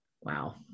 Wow